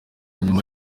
nyuma